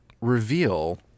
reveal